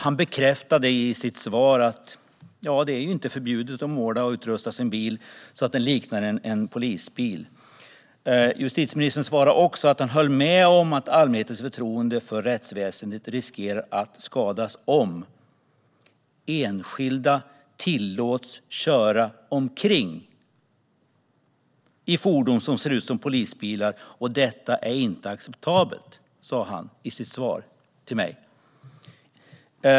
Han bekräftade i sitt svar att det inte är förbjudet att måla och utrusta sin bil så att den liknar en polisbil. Justitieministern svarade också att han höll med om att allmänhetens förtroende för rättsväsendet riskeras att skadas om enskilda tillåts att köra omkring i fordon som ser ut som polisbilar. Detta är inte acceptabelt, sa han i sitt svar till mig.